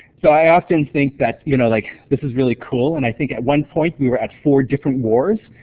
so i often think that you know like this is really cool. and i think at one point we were at four different wars,